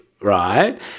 right